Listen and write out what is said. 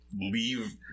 leave